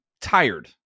tired